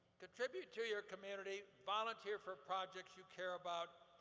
contribute to your community. volunteer for projects you care about.